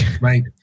right